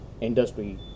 industry